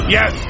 Yes